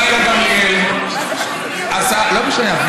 השרה גילה גמליאל, לא משנה.